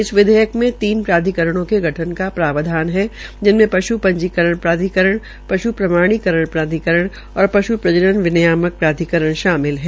इस विधेयक में तीन प्राधिकरणों के गठन का प्रावधान है जिनमें पश् पंजीकरण प्राधिकरण पश् प्रमाणीकरण प्राधिकरण और पश् प्रजनन विनियामक प्राधिकरण शामिल है